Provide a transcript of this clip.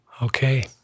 Okay